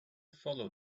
follow